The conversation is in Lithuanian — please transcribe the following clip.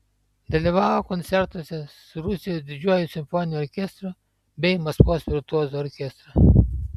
dalyvavo koncertuose su rusijos didžiuoju simfoniniu orkestru bei maskvos virtuozų orkestru